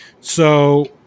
So-